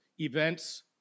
events